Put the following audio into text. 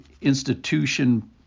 institution